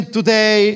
today